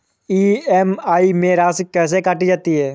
EMI में राशि कैसे काटी जाती है?